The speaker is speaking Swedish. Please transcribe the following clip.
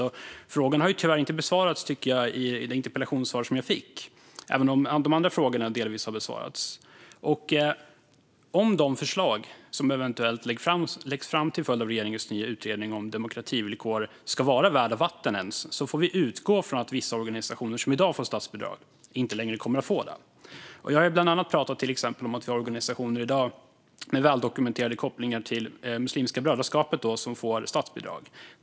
Jag tycker att frågan tyvärr inte har besvarats i det interpellationssvar som jag fick, även om de andra frågorna delvis har besvarats. Om de förslag som eventuellt läggs fram till följd av regeringens nya utredning om demokrativillkor ens ska vara värda vatten får vi utgå från att vissa organisationer som i dag får statsbidrag inte längre kommer att få det. Jag har bland annat pratat om att vi har organisationer i dag med väldokumenterade kopplingar till Muslimska brödraskapet, som får statsbidrag.